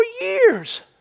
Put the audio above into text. years